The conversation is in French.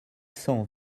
cent